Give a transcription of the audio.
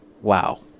Wow